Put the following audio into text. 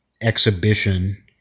exhibition